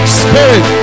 spirit